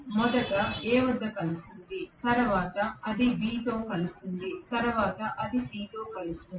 మొదట ఇది A వద్ద కలుస్తుంది తరువాత అది B తో కలుస్తుంది తరువాత అది C తో కలుస్తుంది